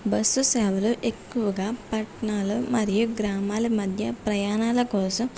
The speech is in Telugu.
బస్సు సేవలో ఎక్కువగా పట్నాల మరియు గ్రామాల మధ్య ప్రయాణాల కోసం